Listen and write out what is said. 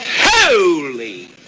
Holy